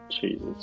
Jesus